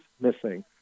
missing